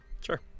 Sure